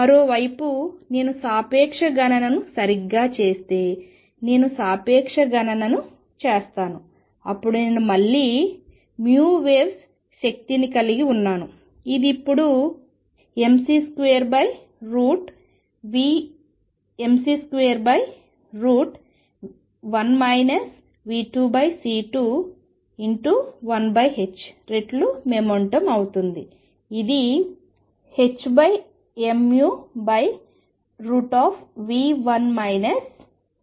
మరోవైపు నేను సాపేక్ష గణనను సరిగ్గా చేస్తే నేను సాపేక్ష గణనను చేస్తాను అప్పుడు నేను మళ్ళీ vwaves శక్తిని కలిగి ఉన్నాను ఇది ఇప్పుడు mc21 v2c21h రెట్లు మొమెంటం అవుతుంది ఇదిhmv1 v2c2